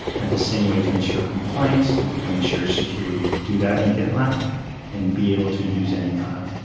has the same way to ensure compliance, to ensure security. do that in gitlab and be able to use any cloud.